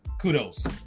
kudos